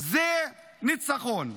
זה ניצחון,